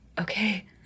Okay